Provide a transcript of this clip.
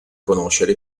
conoscere